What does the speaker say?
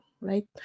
right